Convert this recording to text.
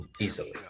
easily